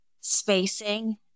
spacing